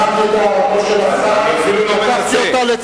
אדוני היושב-ראש, הוא לא יכול לחנך אותנו.